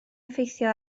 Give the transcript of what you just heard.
effeithio